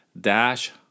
dash